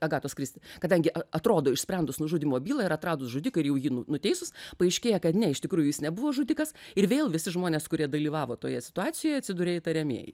agatos kristi kadangi atrodo išsprendus nužudymo bylą ir atradus žudiką ir jau jį nuteisus paaiškėja kad ne iš tikrųjų jis nebuvo žudikas ir vėl visi žmonės kurie dalyvavo toje situacijoje atsiduria įtariamieji